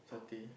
Satay